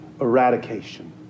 eradication